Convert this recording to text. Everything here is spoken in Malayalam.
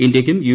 ഇന്ത്യക്കും യു